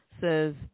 says